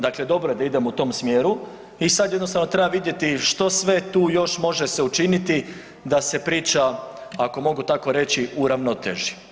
Dakle, dobro je da idemo u tom smjeru i sad jednostavno treba vidjeti što sve tu još može se učiniti da se priča ako mogu tako reći uravnoteži.